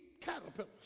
caterpillars